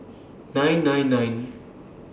nine nine nine